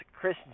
Chris